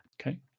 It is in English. Okay